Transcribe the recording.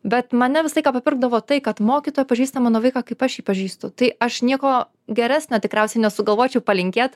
bet mane visą laiką papirkdavo tai kad mokytoja pažįsta mano vaiką kaip aš jį pažįstu tai aš nieko geresnio tikriausiai nesugalvočiau palinkėt